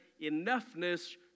enoughness